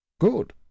good